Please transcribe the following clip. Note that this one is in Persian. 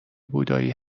بودایی